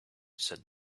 said